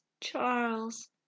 Charles